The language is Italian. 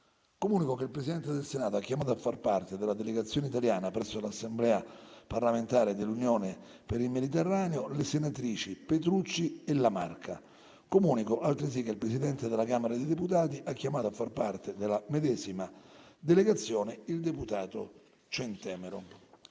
Comunico che il Presidente del Senato ha chiamato a far parte della delegazione italiana presso l'Assemblea parlamentare dell'Unione per il Mediterraneo le senatrici Petrucci e La Marca. Comunico altresì che il Presidente della Camera dei deputati ha chiamato a far parte della medesima delegazione il deputato Centemero.